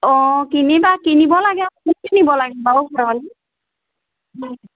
অঁ কিনিবা কিনিব লাগে